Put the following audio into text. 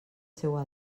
seua